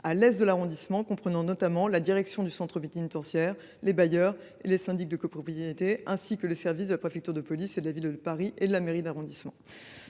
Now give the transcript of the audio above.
l’est de l’arrondissement ; il regroupe notamment la direction du centre pénitentiaire et les bailleurs et syndics de copropriété, ainsi que les services de la préfecture de police, de la Ville de Paris et de la mairie d’arrondissement.